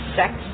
sex